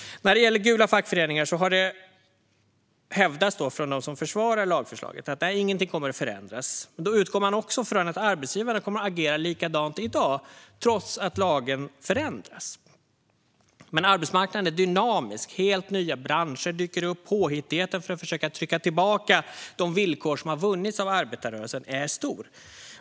När det gäller gula fackföreningar har de som försvarar lagförslaget hävdat att ingenting kommer att förändras. Då utgår man från att arbetsgivarna kommer att agera likadant som i dag trots att lagen har förändrats. Men arbetsmarknaden är dynamisk. Helt nya branscher dyker upp, och påhittigheten för att försöka trycka tillbaka de villkor som har vunnits av arbetarrörelsen är stor.